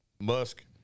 Musk